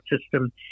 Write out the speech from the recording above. system